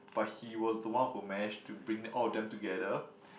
but he was the one who managed to bring all of them together